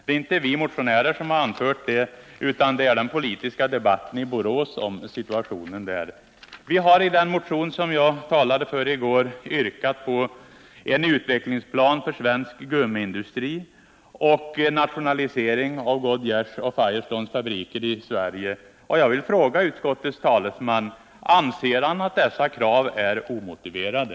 Det är inte vi motionärer som har fällt dessa ord, utan de har fällts i den politiska debatten i Borås med anledning av situationen där. I den motion som jag talade för i går har vi yrkat på en utvecklingsplan för svensk gummiindustri och en nationalisering av Goodyears och Firestones fabriker i Sverige. Jag vill fråga utskottets talesman om han anser dessa krav vara omotiverade.